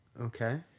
Okay